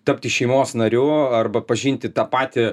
tapti šeimos nariu arba pažinti tą patį